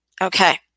Okay